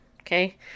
Okay